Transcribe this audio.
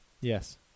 Yes